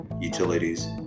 utilities